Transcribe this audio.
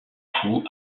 fou